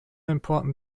important